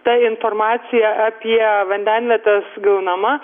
ta informacija apie vandenvietę gaunama